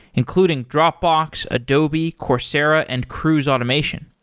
including dropbox, adobe, coursera and cruise automation.